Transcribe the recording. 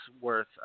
worth